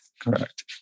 correct